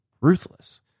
Ruthless